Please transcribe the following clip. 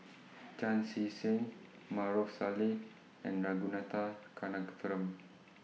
Chan Chee Seng Maarof Salleh and Ragunathar Kanagasuntheram